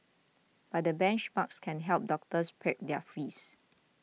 but the benchmarks can help doctors peg their fees